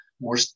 more